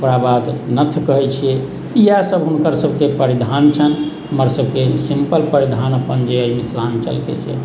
ओकराबाद नथ कहैत छियै इएह सब हुनकर सबके परिधान छनि हमर सबके सिम्पल परिधान अपन जे अइ मिथिलाञ्चलके से